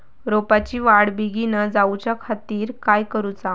रोपाची वाढ बिगीन जाऊच्या खातीर काय करुचा?